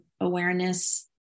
Awareness